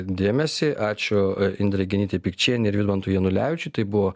dėmesį ačiū indrei genytei pikčienei ir vidmantui janulevičiui tai buvo